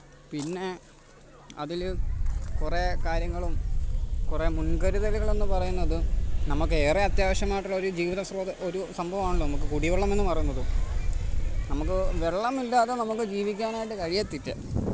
പിന്നെ അതിൽ കുറേ കാര്യങ്ങളും കുറെ മുൻകരുതലുകളെന്ന് പറയുന്നത് നമുക്കേറെ അത്യാവശ്യമായിട്ടുള്ള ഒരു ജീവിത ഒരു സംഭവമാണല്ലോ നമുക്ക് കുടിവെള്ളം എന്ന് പറയുന്നത് നമുക്ക് വെള്ളമില്ലാതെ നമുക്ക് ജീവിക്കാനായിട്ട് കഴിയത്തില്ല